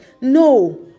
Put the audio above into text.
No